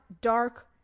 dark